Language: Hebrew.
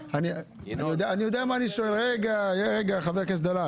הטבות מס הן ילכו לשכירות ארוכת טווח.